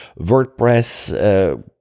WordPress